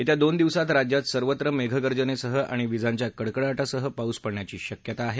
येत्या दोन दिवसात राज्यात सर्वत्र मेघगर्जनेसह आणि विजांच्या कडकडाटासह पाऊस पडण्याची शक्यता आहे